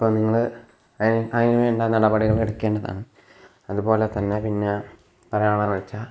അപ്പോൾ നിങ്ങൾ അതിനു വേണ്ട നടപടികള് എടുക്കേണ്ടതാണ് അതുപോലെ തന്നെ പിന്നെ പറയാനുള്ള വെച്ചാൽ